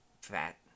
fat